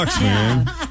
man